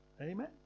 Amen